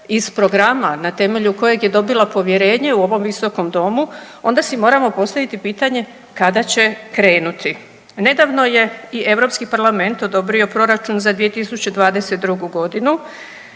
iz programa na temelju kojeg je dobila povjerenje u ovom visokom domu, onda si moramo postaviti pitanje kada će krenuti. Nedavno je i Europski parlament odobrio proračun za 2022. godinu.